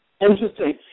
Interesting